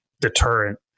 deterrent